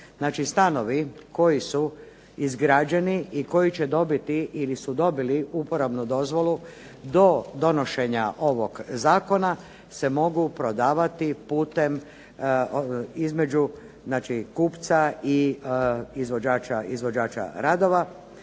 stanovi koji su izgrađeni i koji će dobiti ili su dobili uporabnu dozvolu do donošenja ovog zakona se mogu prodavati putem, između znači kupca i izvođača radova